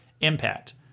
impact